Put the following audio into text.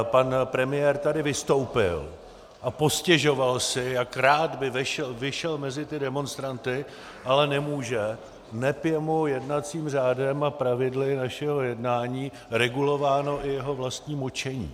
Pan premiér tady vystoupil a postěžoval si, jak rád by vyšel mezi ty demonstranty, ale nemůže, neb je mu jednacím řádem, pravidly našeho jednání, regulováno i jeho vlastní močení.